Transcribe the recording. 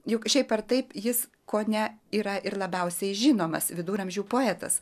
juk šiaip ar taip jis kone yra ir labiausiai žinomas viduramžių poetas